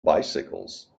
bicycles